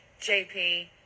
jp